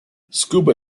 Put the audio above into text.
scuba